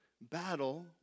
battle